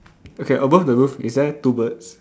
okay above the roof is there two birds